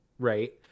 Right